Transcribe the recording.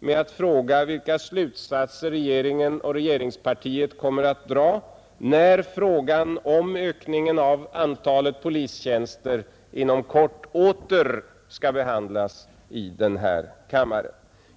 med att fråga vilka slutsatser regeringen och regeringspartiet kommer att dra när frågan om ökningen av antalet polistjänster inom kort åter skall behandlas i denna kammare.